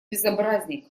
безобразник